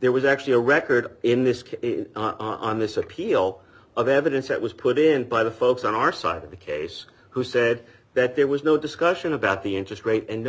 there was actually a record in this case on this appeal of evidence that was put in by the folks on our side of the case who said that there was no discussion about the interest rate and no